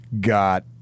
got